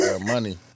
money